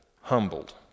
humbled